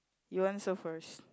you answer first